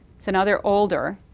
and ah they're older.